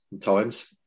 times